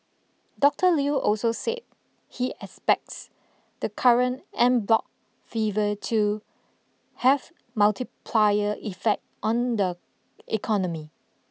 Doctor Lew also said he expects the current en bloc fever to have multiplier effect on the economy